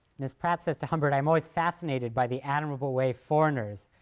miss pratt says to humbert, i'm always fascinated by the admirable way foreigners,